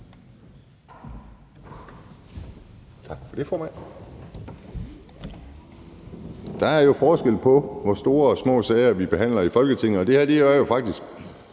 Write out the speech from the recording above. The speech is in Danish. Der er forskel på, hvor store og små de sager, vi behandler i Folketinget, er, og det er jo faktisk